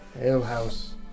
Alehouse